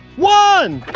one.